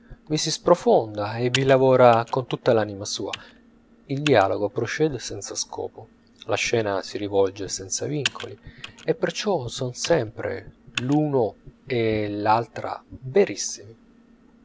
vi si sprofonda e vi lavora con tutta l'anima sua il dialogo procede senza scopo la scena si svolge senza vincoli e perciò son sempre l'uno e l'altra verissimi